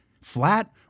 flat